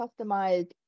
customized